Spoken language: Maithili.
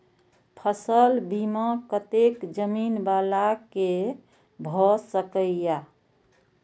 फसल बीमा कतेक जमीन वाला के भ सकेया?